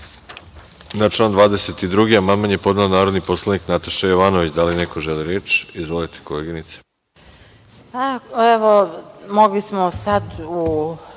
član 22. amandman je podnela narodni poslanik Nataša Jovanović. Da li neko želi reč? (Da.)Izvolite koleginice.